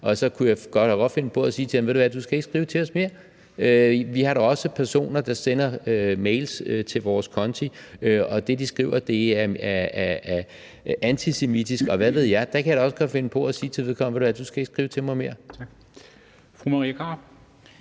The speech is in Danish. og så kunne jeg da godt finde på at sige til ham: Ved du hvad, du skal ikke skrive til os mere. Vi har da også personer, der sender mails til vores konti, og det, de skriver, er antisemitisk, og hvad ved jeg, og der kan jeg da også godt finde på at sige til vedkommende: Ved du hvad, du skal ikke skrive til mig mere. Kl. 10:48 Formanden